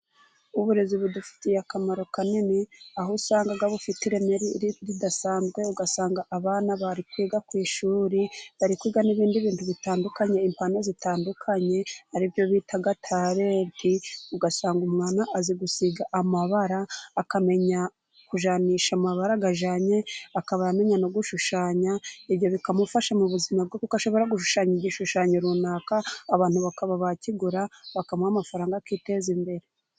Uburezi budufitiye akamaro kanini, aho usanga bufite ireme ridasanzwe, ugasanga abana bari kwiga ku ishuri, bari kwiga n'ibindi bintu bitandukanye. Impano zitandukanye, ari byo bita tarenti. Ugasanga umuntu azi gusiga amabara, akamenya kujyanisha amabara ajyanye, akaba amenya no gushushanya. Ibyo bikamufasha mu buzima bwe, kuko ashobora gushushanya igishushanyo runaka, abantu bakaba bakigura, bakamuha amafaranga akiteza imbere.